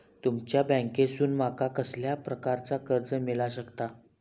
तुमच्या बँकेसून माका कसल्या प्रकारचा कर्ज मिला शकता?